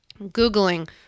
Googling